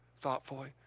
thoughtfully